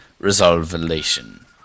resolution